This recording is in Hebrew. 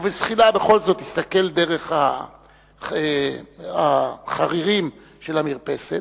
ובזחילה בכל זאת הסתכל דרך החרירים של המרפסת,